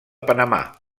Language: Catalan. panamà